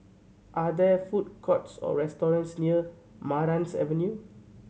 are there food courts or restaurants near Marans Avenue